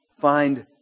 find